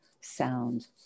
sound